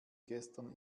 gestern